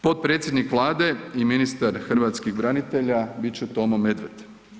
Potpredsjednik Vlade i ministar hrvatskih branitelja bit će Tomo Medved.